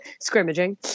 scrimmaging